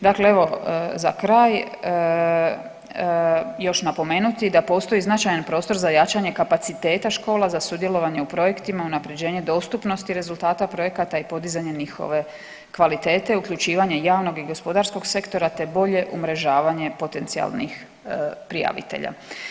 Dakle evo za kraj još napomenuti da postoji značajan prostor za jačanje kapaciteta škola za sudjelovanje u projektima unapređenje dostupnosti rezultata projekata i podizanje njihove kvalitete, uključivanje javnog i gospodarskog sektora, te bolje umrežavanje potencijalnih prijavitelja.